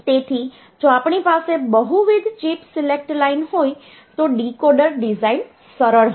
તેથી જો આપણી પાસે બહુવિધ ચિપ સિલેક્ટ લાઇન હોય તો ડીકોડર ડિઝાઇન સરળ હશે